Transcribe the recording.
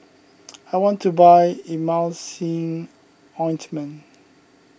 I want to buy Emulsying Ointment